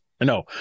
No